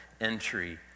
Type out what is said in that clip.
entry